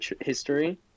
history